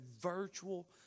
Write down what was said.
virtual